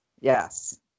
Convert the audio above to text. Yes